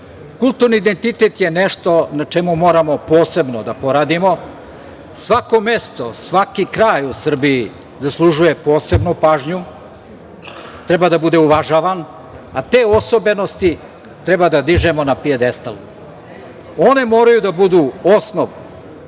Kulturni identitet je nešto na čemu moramo posebno da poradimo. Svako mesto, svaki kraj u Srbiji zaslužuje posebnu pažnju. Treba da bude uvažavan, a te osobenosti treba da dižemo na pijadestal. One moraju da budu osnov